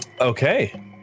Okay